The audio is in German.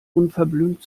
unverblümt